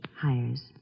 Hires